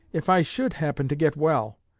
if i should happen to get well,